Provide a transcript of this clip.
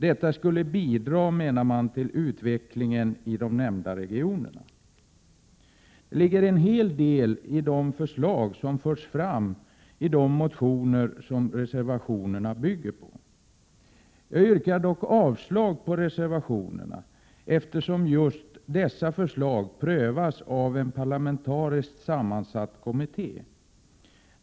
Detta skulle bidra, menar reservanterna, till utvecklingen i de nämnda regionerna. Det ligger en hel del i de förslag som framförts i de motioner som reservationerna bygger på. Jag yrkar dock avslag på reservationerna, eftersom just dessa förslag prövas i en parlamentariskt sammansatt kommitté.